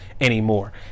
anymore